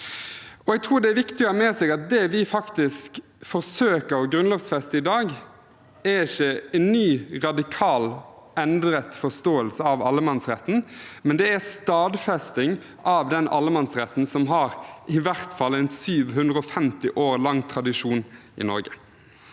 det vi forsøker å grunnlovfeste i dag, ikke er en ny og radikalt endret forståelse av allemannsretten, men en stadfesting av den allemannsretten som har i hvert fall 750 år lang tradisjon i Norge.